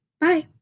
bye